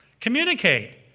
Communicate